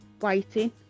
waiting